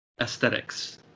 aesthetics